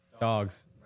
dogs